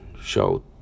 show